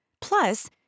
Plus